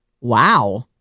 Wow